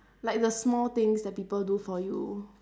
like the small things that people do for you